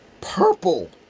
purple